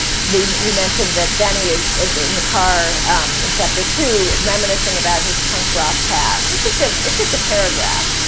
you mentioned that bennie is in the in the car in chapter two, reminiscing about his punk rock past. it's just ah it's just a paragraph,